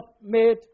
made